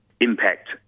impact